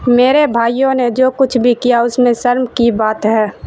میرے بھائیوں نے جو کچھ بھی کیا اس میں شرم کی بات ہے